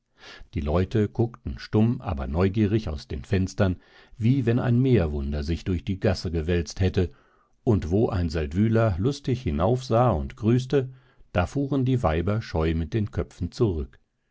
die leute guckten stumm aber neugierig aus den fenstern wie wenn ein meerwunder sich durch die gasse gewälzt hätte und wo ein seldwyler lustig hinaufsah und grüßte da fuhren die weiber scheu mit den köpfen zurück